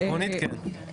עקרונית כן.